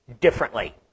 differently